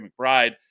McBride